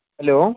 hello